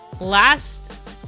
Last